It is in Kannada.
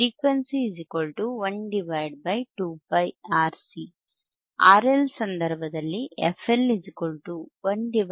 Frequency12πRC RL ಸಂದರ್ಭದಲ್ಲಿ fL1 2πRLC